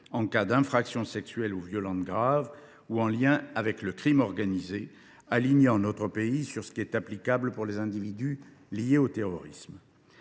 en cas d’infraction sexuelle ou violente grave, ou en lien avec le crime organisé, et d’aligner ainsi notre législation sur celle qui est applicable aux individus liés au terrorisme.